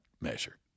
measure